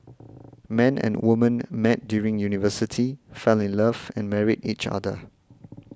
man and woman met during university fell in love and married each other